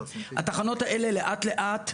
התחנות האלה לאט לאט נמוגו,